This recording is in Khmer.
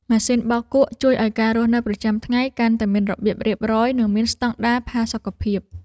ម៉ាស៊ីនបោកគក់ជួយឱ្យការរស់នៅប្រចាំថ្ងៃកាន់តែមានរបៀបរៀបរយ និងមានស្តង់ដារផាសុកភាព។